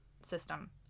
system